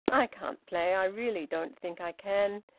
i can't play! i really don't think i can.